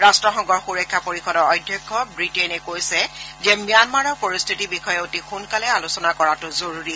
ৰট্টসংঘৰ সুৰক্ষা পৰিযদৰ অধ্যক্ষ ৱিটেইনে কৈছে যে ম্যানমাৰৰ পৰিস্থিতিৰ বিষয়ে অতি সোনকালে আলোচনা কৰাটো জৰুৰী